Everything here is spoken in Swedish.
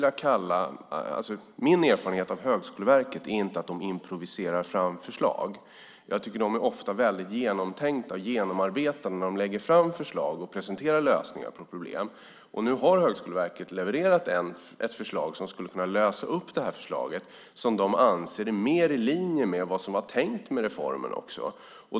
Min erfarenhet av Högskoleverket är inte att de improviserar fram förslag. Jag tycker att de förslag som de lägger fram och de lösningar på problem som de presenterar ofta är väldigt genomtänkta och genomarbetade. Nu har Högskoleverket levererat ett förslag som skulle kunna lösa upp det här och som de anser är mer i linje med vad som var tänkt med reformen.